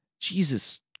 Jesus